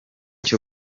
cyo